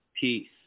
Peace